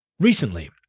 Recently